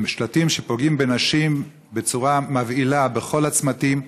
עם שלטים שפוגעים בנשים בצורה מבהילה בכל הצמתים,